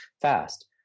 fast